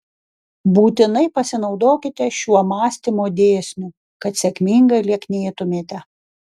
būtinai pasinaudokite šiuo mąstymo dėsniu kad sėkmingai lieknėtumėte